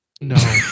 No